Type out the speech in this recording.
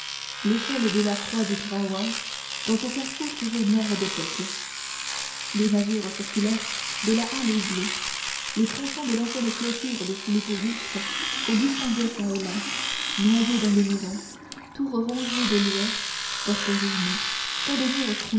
l'échelle de la croix du trahoir dans son carrefour toujours noir de peuple les masures circulaires de la halle au blé les tronçons de l'ancienne clôture de philippe auguste qu'on distinguait çà et là noyés dans les maisons tours rongées de lierre portes ruinées pans de